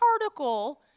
particle